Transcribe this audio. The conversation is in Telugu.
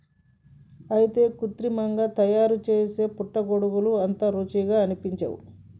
అయితే కృత్రిమంగా తయారుసేసే పుట్టగొడుగులు అంత రుచిగా అనిపించవు